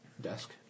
desk